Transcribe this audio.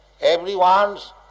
Everyone's